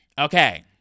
okay